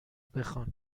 بخوان